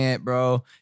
bro